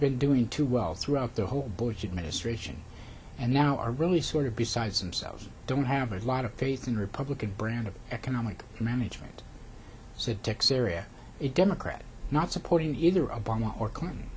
been doing too well throughout the whole bush administration and now are really sort of besides themselves don't have a lot of faith in republican brand of economic management said tax area a democrat not supporting either obama or clinton